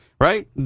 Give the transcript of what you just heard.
Right